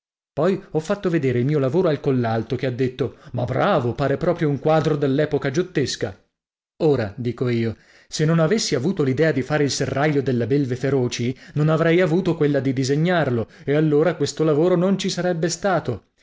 poi ho fatto vedere il mio lavoro al collalto che ha detto ma bravo pare proprio un quadro dell'epoca giottesca ora dico io se non avessi avuto l'idea di fare il serraglio delle belve feroci non avrei avuto quella di disegnarlo e allora questo lavoro non ci sarebbe stato